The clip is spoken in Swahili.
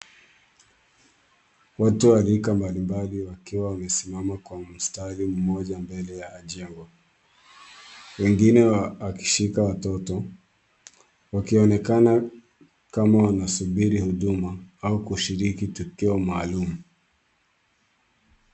Watu wa rika mbalimbali wakiwa wamesimama kwa mstari mmoja mbele ya jengo. Wengine wakishika watoto, wakionekana kama wanasubiri huduma au kushiriki tukio maalum.